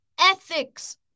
ethics